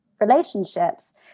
relationships